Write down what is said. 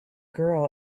girl